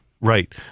Right